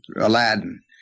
Aladdin